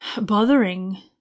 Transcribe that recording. bothering